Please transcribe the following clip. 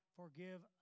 forgive